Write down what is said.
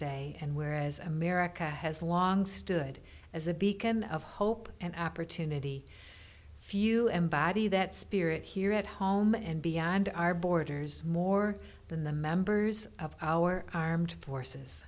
day and whereas america has long stood as a beacon of hope and opportunity few embody that spirit here at home and beyond our borders more than the members of our armed forces